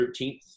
13th